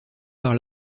par